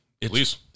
please